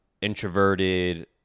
introverted